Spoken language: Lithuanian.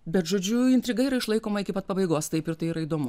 bet žodžiu intriga yra išlaikoma iki pat pabaigos taip ir tai yra įdomu